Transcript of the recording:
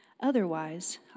Otherwise